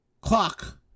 clock